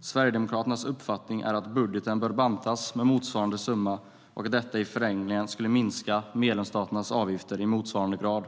Sverigedemokraternas uppfattning är att budgeten bör bantas med motsvarande summa och att detta i förlängningen skulle minska medlemsstaternas avgifter i motsvarande grad.